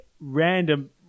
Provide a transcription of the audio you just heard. random